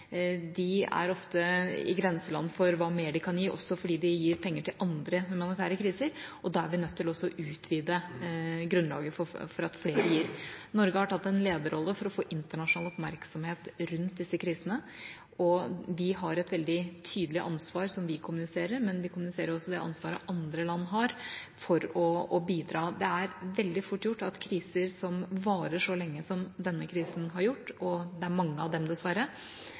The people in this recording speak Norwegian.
De er ofte i grenseland for hva mer de kan gi, også fordi de gir penger til andre humanitære kriser. Da er vi nødt til å utvide grunnlaget for flere givere. Norge har tatt en lederrolle for å få internasjonal oppmerksomhet rundt disse krisene, og vi har et veldig tydelig ansvar som vi kommuniserer, men vi kommuniserer også det ansvaret andre land har for å bidra. Det er veldig fort gjort i kriser som varer så lenge som denne krisen har gjort – og det er mange av dem, dessverre